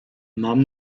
mam